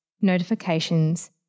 notifications